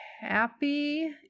happy